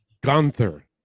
Gunther